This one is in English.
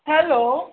hello